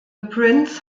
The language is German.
prince